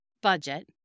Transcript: budget